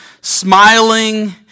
smiling